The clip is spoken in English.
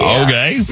okay